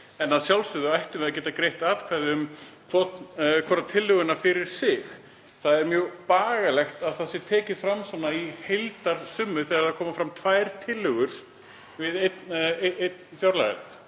Að sjálfsögðu ættum við að geta greitt atkvæði um hvora tillöguna fyrir sig. Það er mjög bagalegt að það sé tekið fram í heildarsummu þegar fram koma tvær tillögur við einn fjárlagalið.